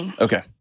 Okay